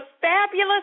fabulous